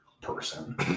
person